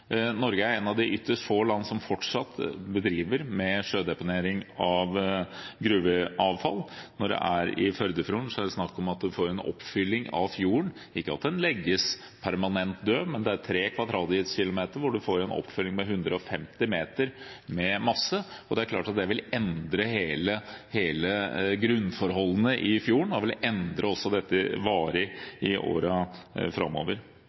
Norge er et av ytterst få land som fortsatt driver med sjødeponering av gruveavfall. I Førdefjorden er det snakk om at en får en fylling av fjorden, ikke at den legges permanent død. Men det er 3 km2 hvor man fyller opp med 150 m masse. Det er klart at det vil endre grunnforholdene i fjorden, og det vil i årene framover endre dette varig. I